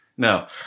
No